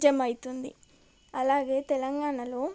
జమైతుంది అలాగే తెలంగాణలో